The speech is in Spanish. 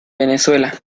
venezuela